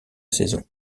saison